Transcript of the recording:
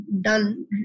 done